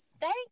thank